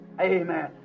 Amen